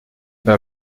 dans